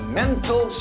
mental